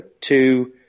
two